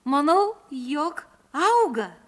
manau jog auga